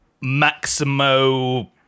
Maximo